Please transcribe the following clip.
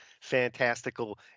fantastical